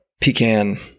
pecan